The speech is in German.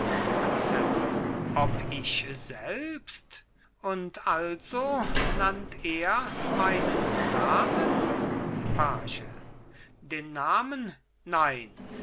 prinzessin ob ich selbst und also nannt er meinen namen page den namen nein